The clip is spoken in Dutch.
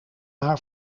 haar